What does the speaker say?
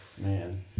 man